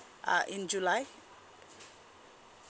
uh in july